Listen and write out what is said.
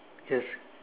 yes